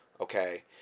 okay